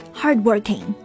hardworking